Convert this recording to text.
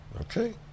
Okay